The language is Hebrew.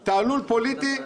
על התנאים להכרזה,